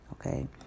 Okay